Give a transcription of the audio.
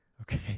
okay